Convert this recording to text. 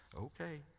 Okay